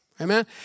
Amen